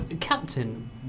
Captain